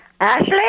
Ashley